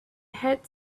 had